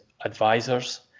advisors